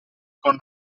con